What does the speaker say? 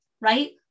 right